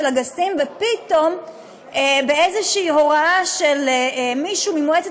ופתאום לפי איזו הוראה של מישהו במועצת